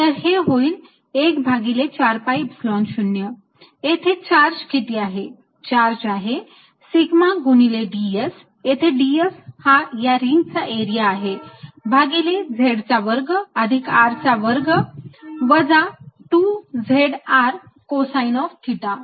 तर हे होईल 1 भागिले 4 pi Epsilon 0 येथे चार्ज किती आहे चार्ज आहे सिग्मा गुणिले ds येथे ds हा या रिंगचा एरिया आहे भागिले z चा वर्ग अधिक R चा वर्ग वजा 2zR कोसाईन ऑफ थिटा